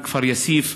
כפר-יאסיף,